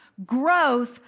Growth